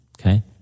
Okay